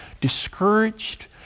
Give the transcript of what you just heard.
discouraged